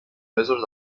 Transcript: mesos